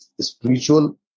spiritual